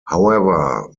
however